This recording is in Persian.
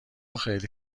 خیلی